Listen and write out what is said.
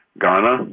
Ghana